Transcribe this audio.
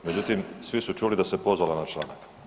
Međutim, svi su čuli da se pozvala na članak.